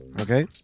Okay